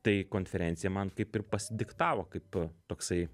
tai konferencija man kaip ir pasidiktavo kaip toksai